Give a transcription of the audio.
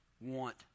want